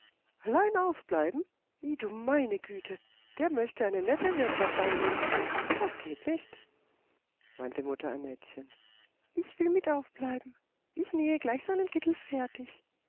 allein aufbleiben i du meine güte der möchte eine nette wirtschaft anrichten das geht nicht meinte mutter annettchen ich will mit aufbleiben ich nähe gleich seinen kittel fertig